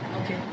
Okay